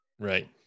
Right